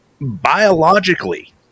biologically